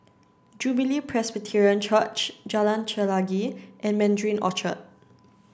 Jubilee Presbyterian Church Jalan Chelagi and Mandarin Orchard